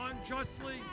unjustly